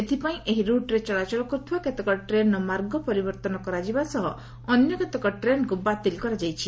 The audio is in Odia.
ଏଥପାଇଁ ଏହି ରୁଟ୍ରେ ଚଳାଚଳ କରୁଥିବା କେତେକ ଟ୍ରେନର ମାର୍ଗ ପରିବର୍ଭନ କରାଯିବ ସହ ଅନ୍ୟ କେତେକ ଟ୍ରେନକୁ ବାତିଲ କରାଯାଇଛି